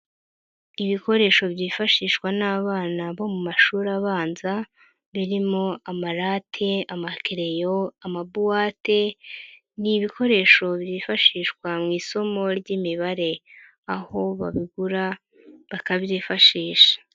Ibikoresho byifashishwa n'abana bo mu mashuri abanza birimo amarate, amakereyo, amabuwate, n'ibikoresho byifashishwa mu isomo ry'imibare, aho babigura bakabyifashisha.